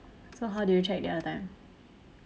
so how do you check the other time